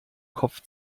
kopf